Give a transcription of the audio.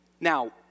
Now